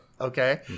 okay